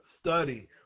study